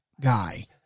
guy